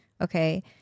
Okay